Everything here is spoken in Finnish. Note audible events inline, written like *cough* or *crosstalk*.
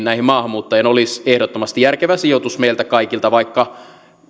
*unintelligible* näihin maahanmuuttajiin olisi ehdottomasti järkevä sijoitus meiltä kaikilta vaikka